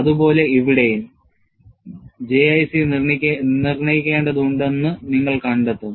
അതുപോലെ ഇവിടെയും JIC നിർണ്ണയിക്കേണ്ടതുണ്ടെന്ന് നിങ്ങൾ കണ്ടെത്തും